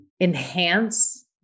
enhance